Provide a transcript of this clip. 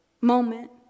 moment